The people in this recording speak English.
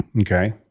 Okay